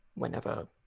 Whenever